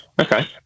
Okay